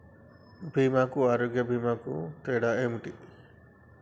బీమా కు ఆరోగ్య బీమా కు తేడా ఏంటిది?